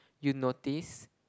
you notice